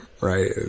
right